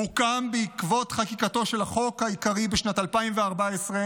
הוא הוקם בעקבות חקיקתו של החוק העיקרי בשנת 2014,